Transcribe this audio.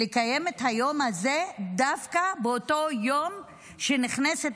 לקיים את היום הזה דווקא באותו היום שנכנסת